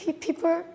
people